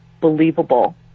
believable